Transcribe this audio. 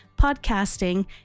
podcasting